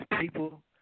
people